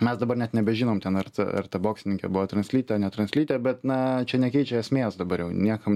mes dabar net nebežinom ten ar ta ar ta boksininkė buvo translytė ne translytė bet na čia nekeičia esmės dabar jau niekam